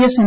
S M